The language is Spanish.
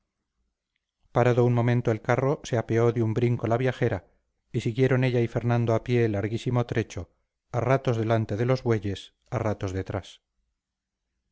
parado un momento el carro se apeó de un brinco la viajera y siguieron ella y fernando a pie larguísimo trecho a ratos delante de los bueyes a ratos detrás